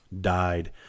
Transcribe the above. died